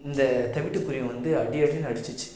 இந்த தவிட்டுக்குருவியை வந்து அடி அடின்னு அடிச்சிச்சு